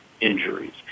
injuries